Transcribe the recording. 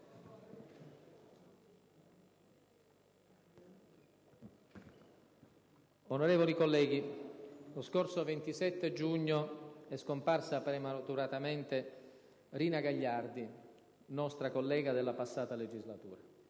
Onorevoli colleghi, lo scorso 27 giugno è scomparsa prematuramente Rina Gagliardi, nostra collega nella passata legislatura.